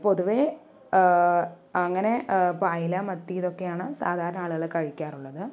പൊതുവേ അങ്ങനെ ഇപ്പോൾ അയല മത്തി ഇതൊക്കെയാണ് സാധാരണ ആളുകൾ കഴിക്കാറുള്ളത്